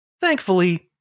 Thankfully